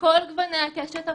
מכל גווני הקשת הפוליטית,